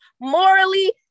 morally